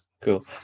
Cool